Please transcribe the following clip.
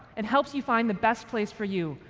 it helps you find the best place for you,